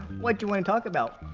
what you want to talk about?